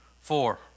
four